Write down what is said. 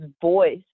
voice